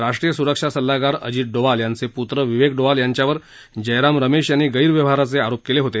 राष्ट्रीय स्रक्षा सल्लागार अजित डोवाल यांचे प्त्र विवेक डोवाल यांच्यावर जयराम रमेश यांनी गैरव्यवहाराचे आरोप केले होते